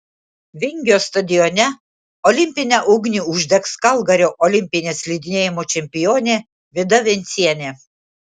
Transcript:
vingio stadione olimpinę ugnį uždegs kalgario olimpinė slidinėjimo čempionė vida vencienė